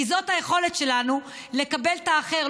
כי זאת היכולת שלנו לקבל את האחר,